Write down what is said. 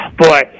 Boy